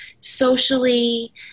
socially